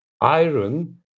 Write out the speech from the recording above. iron